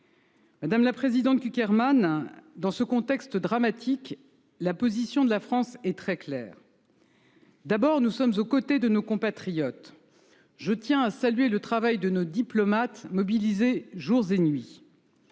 Madame la présidente Cukierman, dans ce contexte dramatique, la position de la France est très claire. Tout d’abord, nous sommes aux côtés de nos compatriotes. Je tiens à ce propos à saluer le travail de nos diplomates mobilisés jour et nuit.